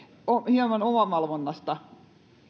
hieman omavalvonnasta